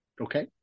Okay